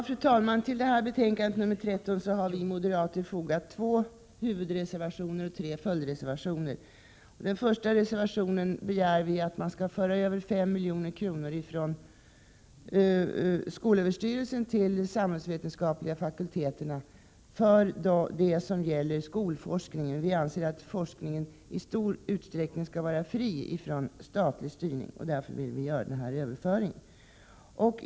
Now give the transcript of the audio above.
Fru talman! Till detta betänkande har vi moderater fogat två huvudreservationer och tre följdreservationer. I den första reservationen begär vi att man skall föra över 5 milj.kr. från skolöverstyrelsen till de samhällsvetenskapliga fakulteterna för det som gäller skolforskningen. Vi anser att forskningen i stor utsträckning skall vara fri från statlig styrning, och därför vill vi göra denna överföring.